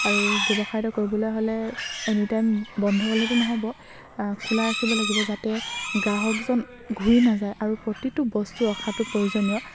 আৰু ব্যৱসায়টো কৰিবলৈ হ'লে এনি টাইম বন্ধ হ'লেতো নহ'ব খোলা ৰাখিব লাগিব যাতে গ্ৰাহকজন ঘূৰি নাযায় আৰু প্ৰতিটো বস্তু ৰখাটো প্ৰয়োজনীয়